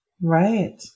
Right